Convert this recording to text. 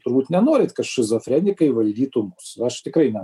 turbūt nenorit kad šizofrenikai valdytų mus aš tikrai ne